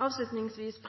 Avslutningsvis